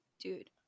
dude